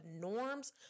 norms